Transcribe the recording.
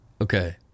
Okay